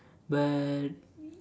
but